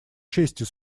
честью